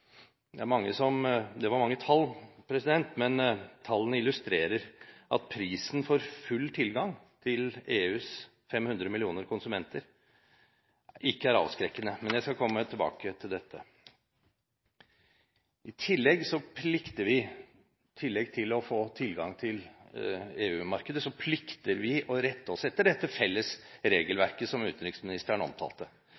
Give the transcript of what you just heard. Det var mange tall, men tallene illustrerer at prisen for full tilgang til EUs 500 millioner konsumenter ikke er avskrekkende, men jeg skal komme tilbake til dette. I tillegg til å få tilgang til EU-markedet plikter vi å rette oss etter dette felles